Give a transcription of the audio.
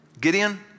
Gideon